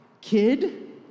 kid